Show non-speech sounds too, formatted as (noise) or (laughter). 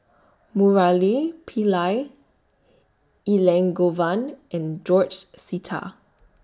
(noise) Murali Pillai Elangovan and George Sita